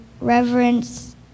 reverence